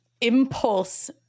impulse